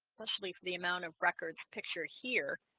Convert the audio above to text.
especially for the amount of records picture here,